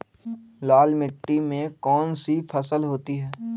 लाल मिट्टी में कौन सी फसल होती हैं?